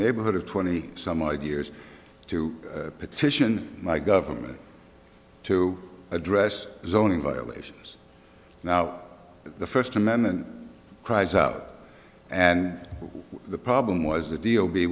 neighborhood of twenty some odd years to petition my government to address zoning violations now the first amendment cries out and the problem was the d